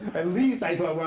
at least i thought, well,